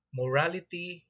morality